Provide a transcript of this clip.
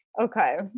Okay